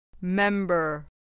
member